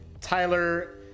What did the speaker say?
Tyler